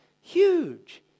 Huge